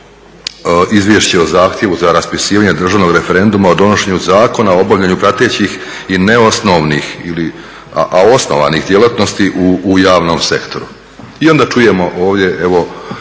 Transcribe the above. izvješće o zahtjevu za raspisivanje državnog referenduma o donošenju zakona o obavljanju pratećih i neosnovnih ili osnovanih djelatnosti u javnom sektoru. I onda čujemo ovdje, evo